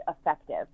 effective